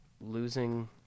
Losing